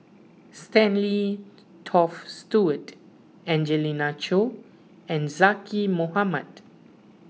Stanley Toft Stewart Angelina Choy and Zaqy Mohamad